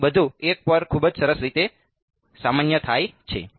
તેથી બધું 1 પર ખૂબ જ સરસ રીતે સામાન્ય થાય છે